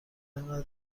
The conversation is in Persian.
اینقدر